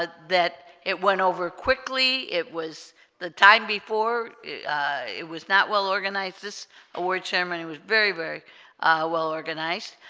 that it went over quickly it was the time before it was not well organized this award chairman it was very very well organized